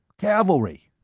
cavalry.